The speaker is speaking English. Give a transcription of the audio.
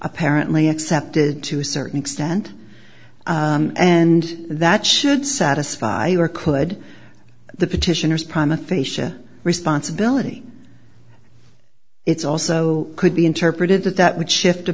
apparently accepted to a certain extent and that should satisfy you or could the petitioners pramod facia responsibility it's also could be interpreted that that would shift